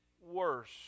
worse